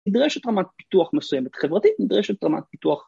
נדרשת רמת פיתוח מסוימת חברתית, נדרשת רמת פיתוח